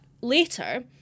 later